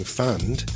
fund